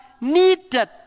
needed